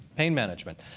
pain management.